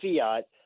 fiat